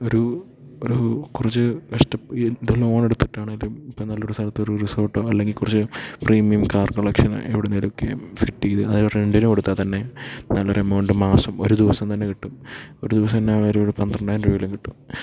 ഒരു ഒരു കുറച്ച് ലോൺ എടുത്തിട്ടാണെങ്കിലും ഇപ്പം നല്ലൊരു സ്ഥലത്ത് ഒരു റിസോർട്ടോ അല്ലെങ്കിൽ കുറച്ച് പ്രീമിയം കാർ കളക്ഷന് എവിടുന്നെങ്കിലും ഒക്കെ ഫിറ്റ് ചെയ്ത് അത് റെൻറ്റിനു കൊടുത്താൽ തന്നെ നല്ലൊരു എമൗണ്ട് മാസം ഒരു ദിവസം തന്നെ കിട്ടും ഒരു ദിവസം തന്നെ ആണേലും ഒരു പന്ത്രണ്ടായിരം രൂപയെങ്കിലും കിട്ടും